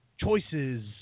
Choices